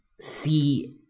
see